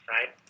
Right